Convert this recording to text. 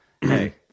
hey